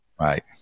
Right